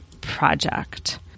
project